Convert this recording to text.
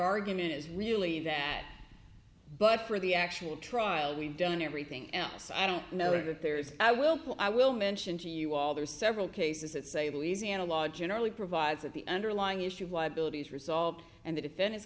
argument is really that but for the actual trial we've done everything else i don't know that there is i will call i will mention to you all there are several cases that sable easy analogue generally provides that the underlying issue of why ability is resolved and the defen